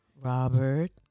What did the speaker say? Robert